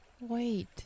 Wait